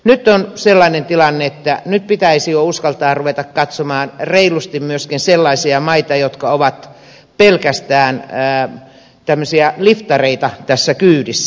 nyt on sellainen tilanne että nyt pitäisi jo uskaltaa ruveta katsomaan reilusti myöskin sellaisia maita jotka ovat pelkästään liftareita tässä kyydissä